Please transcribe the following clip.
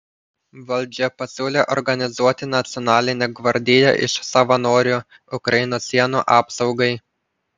valdžia pasiūlė organizuoti nacionalinę gvardiją iš savanorių ukrainos sienų apsaugai